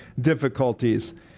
difficulties